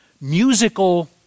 musical